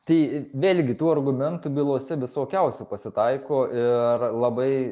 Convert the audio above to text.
tai vėlgi tų argumentų bylose visokiausių pasitaiko ir labai